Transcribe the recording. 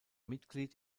mitglied